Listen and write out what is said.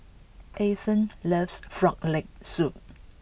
Eithel loves Grog Leg Soup